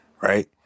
right